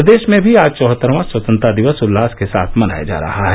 प्रदेश में भी आज चौहत्तरवां स्वतंत्रता दिवस उल्लास के साथ मनाया जा रहा है